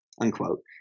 unquote